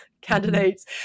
candidates